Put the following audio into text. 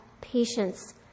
patience